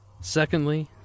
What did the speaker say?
Secondly